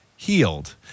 healed